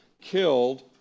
killed